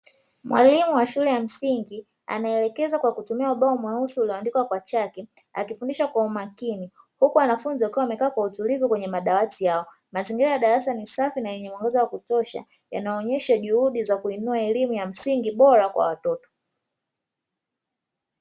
Mwalimu wa shule ya msingi anaelekeza kwa kutumia ubao mweusi ulioandikwa kwa chaki akifundisha kwa umakini, huku wanafunzi wamekaa kwa utulivu kwenye madawati yao. Mazingira ya darasa ni safi na yenye mwangaza wa kutosha yanaonyesha juhudi za kuinua elimu ya mingi bora kwa watoto.